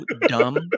dumb